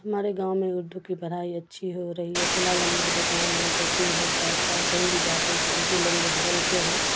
ہمارے گاؤں میں اردو کی بھرائی اچھی ہو رہی ہے فی الحال ہم لوگ دکان ہو شاپنگ ہو سہرسہ ہو کہیں بھی جاتے ہیں تو اردو لینگویج بولتے ہیں